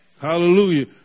Hallelujah